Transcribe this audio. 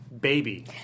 baby